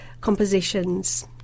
compositions